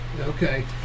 okay